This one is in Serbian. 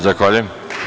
Zahvaljujem.